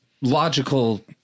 logical